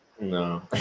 no